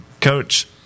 Coach